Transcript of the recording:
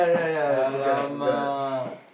!alamak!